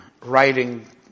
writing